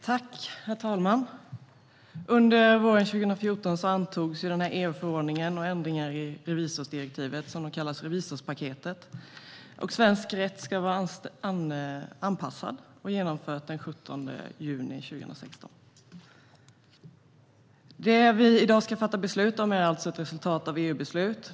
Herr talman! Under våren 2014 antogs den EU-förordning om ändringar i revisorsdirektivet som kallas revisorspaketet. Svensk rätt ska vara anpassad och direktivet genomfört den 17 juni 2016. Det vi i dag ska fatta beslut om är alltså ett resultat av EU-beslut.